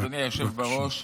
אדוני היושב בראש,